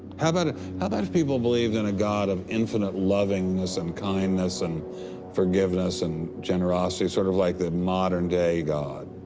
how about about if people believed in a god of infinite lovingness and kindness and forgiveness and generosity, sort of like the modern-day god.